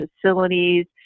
facilities